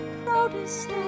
proudest